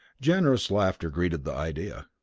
generous laughter greeted the idea.